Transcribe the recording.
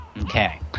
Okay